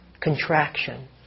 contraction